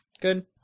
Good